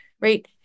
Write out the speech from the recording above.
right